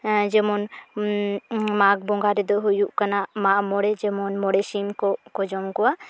ᱡᱮᱢᱚᱱ ᱢᱟᱜᱽ ᱵᱚᱸᱜᱟ ᱨᱮᱫᱚ ᱦᱩᱭᱩᱜ ᱠᱟᱱᱟ ᱢᱟᱜ ᱢᱚᱬᱮ ᱡᱮᱢᱚᱱ ᱢᱚᱬᱮ ᱥᱤᱢᱠᱚ ᱠᱚ ᱡᱚᱢ ᱠᱚᱣᱟ